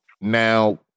now